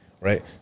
right